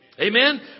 Amen